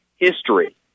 History